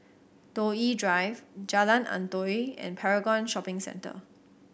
Toh Yi Drive Jalan Antoi and Paragon Shopping Centre